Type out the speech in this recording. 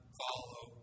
follow